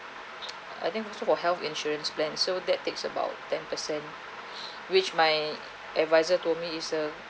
I think also for health insurance plan so that takes about ten percent which my adviser told me is a